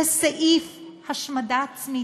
זה סעיף השמדה עצמית.